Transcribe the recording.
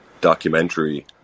documentary